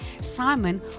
Simon